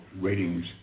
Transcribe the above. ratings